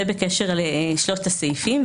זה בקשר לשלושת הסעיפים,